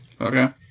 Okay